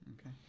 Okay